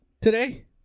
today